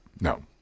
no